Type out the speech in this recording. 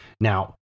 Now